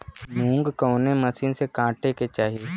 मूंग कवने मसीन से कांटेके चाही?